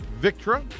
Victra